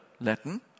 Latin